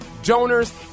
Donors